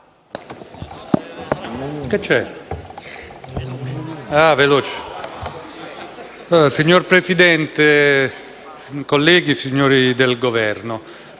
Signor Presidente, colleghi, signori del Governo,